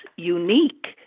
unique